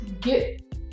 get